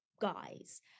guys